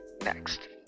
next